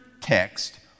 text